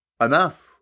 enough